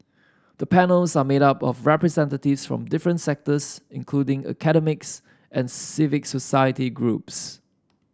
the panels are made up of representatives from different sectors including academics and civic society groups